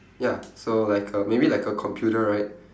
ya so like a maybe like a computer right